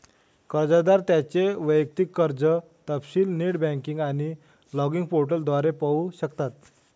कर्जदार त्यांचे वैयक्तिक कर्ज तपशील नेट बँकिंग आणि लॉगिन पोर्टल द्वारे पाहू शकतात